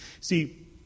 See